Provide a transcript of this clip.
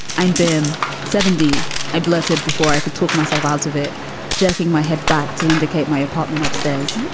i'm bem seventy i blurted before i could talk myself out of it jerking my head back to indicate my apartment upstairs.